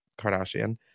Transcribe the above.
Kardashian